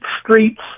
streets